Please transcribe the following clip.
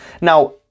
now